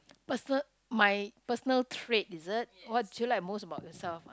person my personal trait is it what do you like most about yourself ah